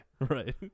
Right